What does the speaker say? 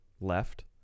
left